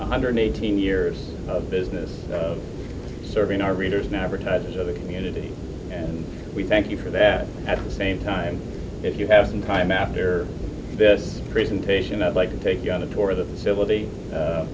one hundred eighteen years of business serving our readers an advertiser's of the community and we thank you for that at the same time if you have some time after this presentation i'd like to take you on a tour of the facility